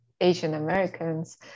Asian-Americans